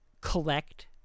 collect